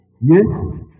Yes